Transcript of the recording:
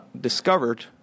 discovered